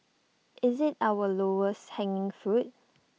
is IT our lowest hanging fruit